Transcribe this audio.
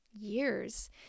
years